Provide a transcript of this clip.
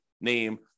name